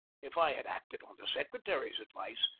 if i had acted on the secretary's advice,